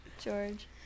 George